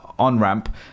on-ramp